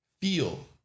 feel